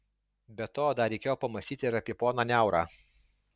be to dar reikėjo pamąstyti ir apie poną niaurą